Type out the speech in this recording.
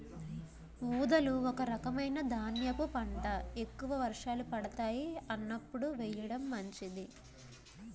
ఊదలు ఒక రకమైన ధాన్యపు పంట, ఎక్కువ వర్షాలు పడతాయి అన్నప్పుడు వేయడం మంచిది